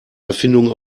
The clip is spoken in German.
erfindung